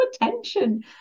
attention